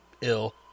ill